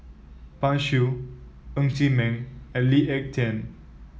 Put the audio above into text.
Pan Shou Ng Chee Meng and Lee Ek Tieng